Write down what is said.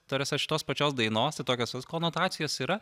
ta prasme šitos pačios dainostai tokios konotacijos yra